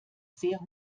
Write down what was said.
sehr